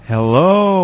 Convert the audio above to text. Hello